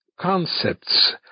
concepts